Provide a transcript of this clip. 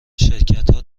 شرکتها